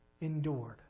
endured